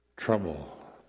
Trouble